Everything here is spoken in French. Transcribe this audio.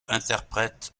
interprète